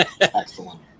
Excellent